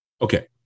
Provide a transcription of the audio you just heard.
okay